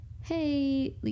Hey